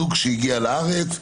זוג שהגיע לארץ,